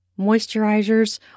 moisturizers